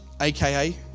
aka